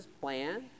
plan